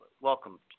Welcome